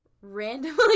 randomly